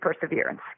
perseverance